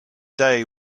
day